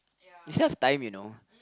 you still have time you know